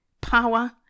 power